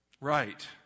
Right